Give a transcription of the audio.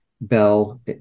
bell